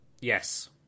yes